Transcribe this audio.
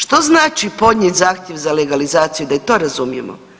Što znači podnijet zahtjev za legalizaciju, da i to razumijemo.